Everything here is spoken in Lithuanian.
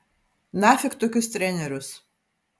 nafik tokius trenerius